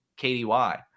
KDY